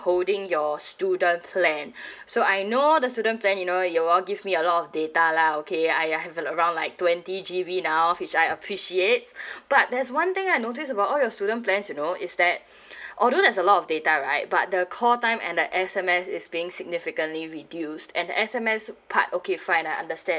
holding your student plan so I know the student plan you know y'all give me a lot of data lah okay and I have a lot around like twenty G_B now which I appreciate but there's one thing I notice about all your student plans you know is that although there's a lot of data right but the call time and the S_M_S is being significantly reduced and the S_M_S part okay fine I understand